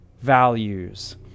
values